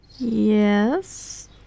yes